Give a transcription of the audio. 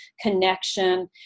connection